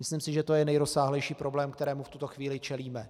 Myslím si, že to je nejrozsáhlejší problém, kterému v tuto chvíli čelíme.